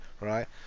right